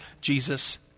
Jesus